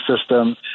system